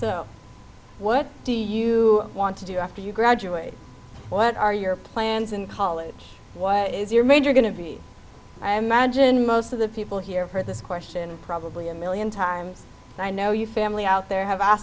so what do you want to do after you graduate what are your plans in college what is your major going to be i imagine most of the people here for this question probably a million times and i know you family out there have